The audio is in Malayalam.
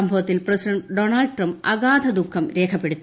സംഭവത്തിൽ പ്രസിഡന്റ് ഡൊണാൾഡ് ട്രംപ് അഗാധ ദുഖം രേഖപ്പെടുത്തി